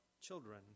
children